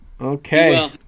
Okay